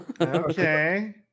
Okay